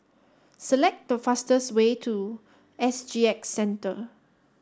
select the fastest way to S G X Centre